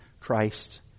Christ